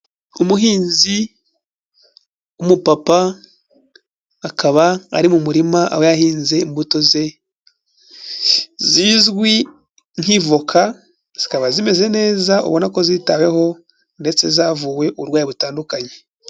Umuhinzi w'umupapa akaba ari mu murima aho yahinze imbutoze zizwi nk'ivoka, zikaba zimeze neza ubona ko zitaweho ndetse zavuwe uburwayi butandukanye.